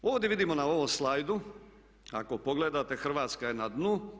Ovdje vidimo na ovom slajdu ako pogledate Hrvatska je na dnu.